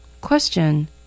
Question